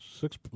Six